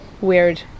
weird